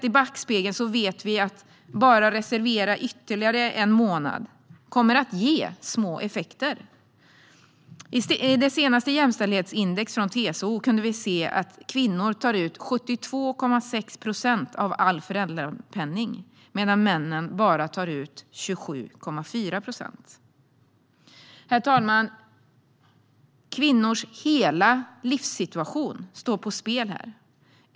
I backspegeln ser vi att bara att reservera ytterligare en månad kommer att ge små effekter. I senaste jämställdhetsindex från TCO kunde vi se att kvinnor tar ut 72,6 procent av all föräldrapenning medan männen bara tar ut 27,4 procent. Herr talman! Kvinnors hela livssituation står på spel här.